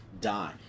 die